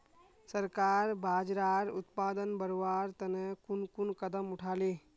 सरकार बाजरार उत्पादन बढ़वार तने कुन कुन कदम उठा ले